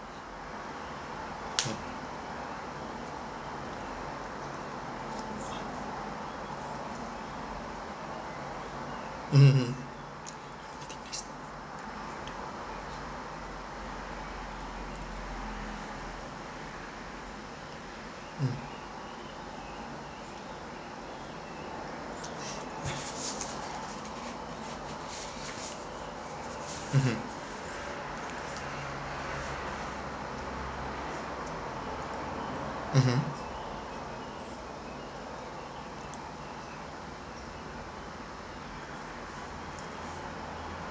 mmhmm mm mmhmm mmhmm